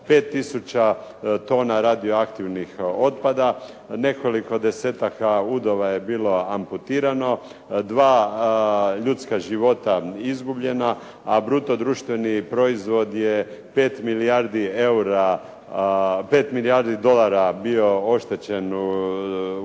tona radioaktivnog otpada. Nekoliko desetaka udova je bilo amputirano, dva ljudska života izgubljena a bruto društveni proizvod je 5 milijardi dolara bio oštećen u Brazilu.